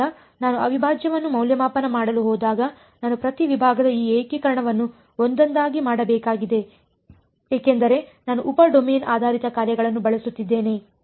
ಆದ್ದರಿಂದ ನಾನು ಅವಿಭಾಜ್ಯವನ್ನು ಮೌಲ್ಯಮಾಪನ ಮಾಡಲು ಹೋದಾಗ ನಾನು ಪ್ರತಿ ವಿಭಾಗದ ಈ ಏಕೀಕರಣವನ್ನು ಒಂದೊಂದಾಗಿ ಮಾಡಬೇಕಾಗಿದೆ ಏಕೆಂದರೆ ನಾನು ಉಪ ಡೊಮೇನ್ ಆಧಾರಿತ ಕಾರ್ಯಗಳನ್ನು ಬಳಸುತ್ತಿದ್ದೇನೆ